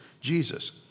Jesus